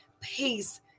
peace